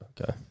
okay